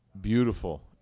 Beautiful